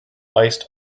iced